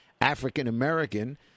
African-American